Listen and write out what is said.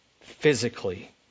physically